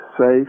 safe